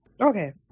Okay